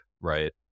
right